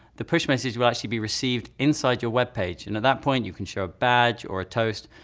the push message will actually be received inside your web page. and at that point, you can show a badge or a toast,